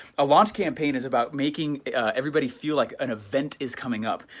a launch campaign is about making everybody feel like an event is coming up.